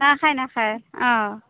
নাখায় নাখায় অঁ